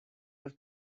was